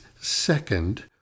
second